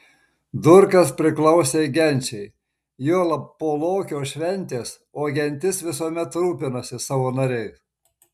durkas priklausė genčiai juolab po lokio šventės o gentis visuomet rūpinasi savo nariais